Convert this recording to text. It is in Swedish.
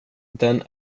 den